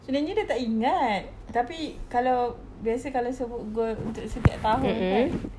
sudahnya sudah tak ingat tapi kalau biasa kalau sebut goal untuk setiap tahun kan